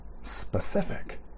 specific